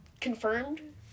confirmed